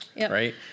right